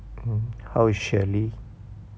mm how is shirley